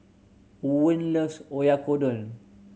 Owen loves Oyakodon